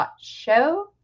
Show